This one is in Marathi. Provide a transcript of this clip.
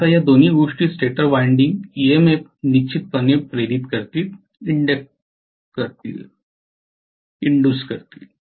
आता या दोन्ही गोष्टी स्टेटर वायंडिंग ईएमएफ निश्चितपणे इंड्यूज्ड करतील